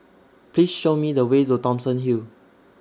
Please Show Me The Way to Thomson Hill